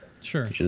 Sure